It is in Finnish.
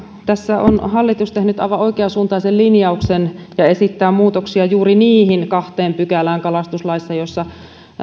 tässä hallitus on tehnyt aivan oikeansuuntaisen linjauksen ja esittää muutoksia kalastuslaissa juuri niihin kahteen pykälään joissa